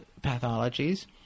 pathologies